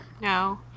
No